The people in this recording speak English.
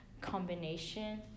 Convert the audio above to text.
combination